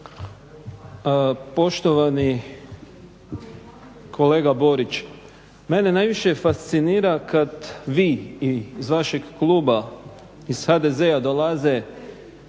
Poštovani kolega Borić, mene najviše fascinira kad vi i iz vašeg kluba, iz HDZ-a dolaze